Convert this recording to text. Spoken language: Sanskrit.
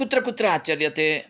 कुत्र कुत्र आचर्यते